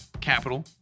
capital